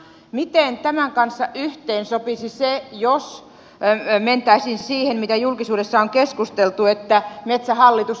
miten tämän kanssa yhteen sopisi se jos mentäisiin siihen mitä julkisuudessa on keskusteltu että metsähallitus yhtiöitetään